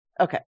Okay